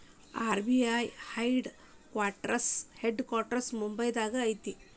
RBI head quarters ಮುಂಬೈದಾಗ ಐತಿ